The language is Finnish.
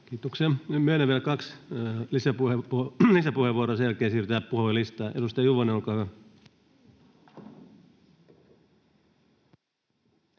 Kiitoksia. — Myönnän vielä kaksi lisäpuheenvuoroa, ja sen jälkeen siirrytään puhujalistaan. — Edustaja Juvonen, olkaa hyvä.